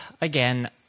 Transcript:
again